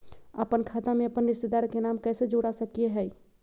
अपन खाता में अपन रिश्तेदार के नाम कैसे जोड़ा सकिए हई?